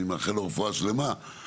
אני מאחל לו רפואה שלמה,